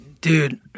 Dude